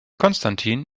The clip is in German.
konstantin